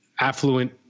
affluent